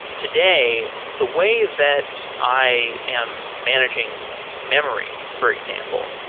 today the way that i am managing memory, for example,